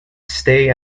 stay